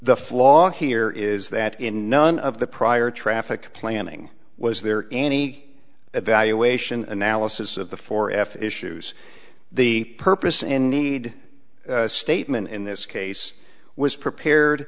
the flaw here is that in none of the prior traffic planning was there any evaluation analysis of the four f issues the purpose and need statement in this case was prepared